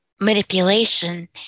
manipulation